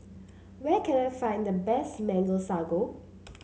where can I find the best Mango Sago